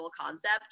concept